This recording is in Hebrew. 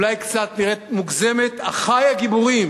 שאולי נראית קצת מוגזמת, אחי הגיבורים,